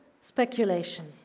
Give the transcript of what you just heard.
speculation